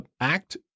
act